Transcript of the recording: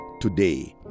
today